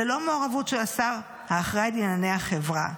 ללא מעורבות של השר האחראי לענייני החברה.